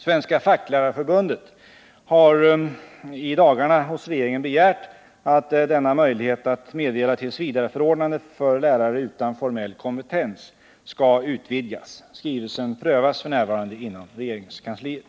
Svenska facklärarförbundet har i dagarna hos regeringen begärt att denna möjlighet att meddela tillsvidareförordnande för lärare utan formell kompetens skall utvidgas. Skrivelsen prövas f. n. inom regeringskansliet.